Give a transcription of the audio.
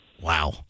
Wow